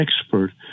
expert